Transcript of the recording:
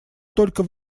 только